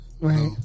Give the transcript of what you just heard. Right